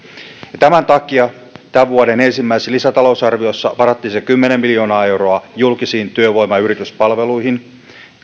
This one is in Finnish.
tämän takia tämän vuoden ensimmäisessä lisätalousarviossa varattiin se kymmenen miljoonaa euroa julkisiin työvoima ja yrityspalveluihin